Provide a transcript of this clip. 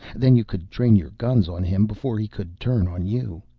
then you could train your guns on him before he could turn on you.